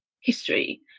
history